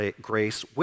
grace